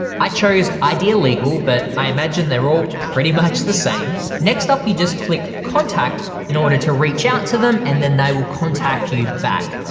i chose idealegal but i imagine they're all pretty much the same. next up you just click contact in order to reach out to them and then they will contact you back.